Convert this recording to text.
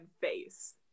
face